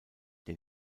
der